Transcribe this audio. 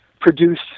produce